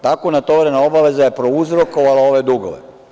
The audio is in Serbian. Tako natovarena obaveza je prouzrokovala ove dugove.